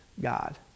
God